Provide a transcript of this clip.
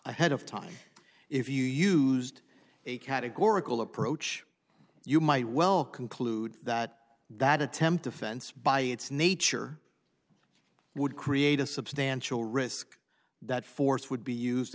ahead of time if you used a categorical approach you might well conclude that that attempt offense by its nature would create a substantial risk that force would be used